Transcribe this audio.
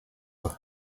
will